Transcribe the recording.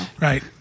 right